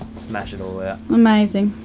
smash it all out. amazing.